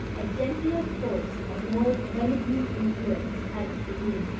a gentler force, a more benignant influence, had room.